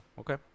Okay